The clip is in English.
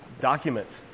documents